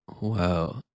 Wow